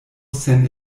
sen